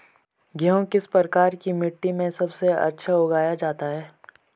गेहूँ किस प्रकार की मिट्टी में सबसे अच्छा उगाया जाता है?